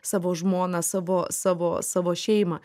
savo žmoną savo savo savo šeimą